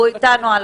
הוא אתנו.